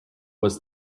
was